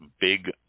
big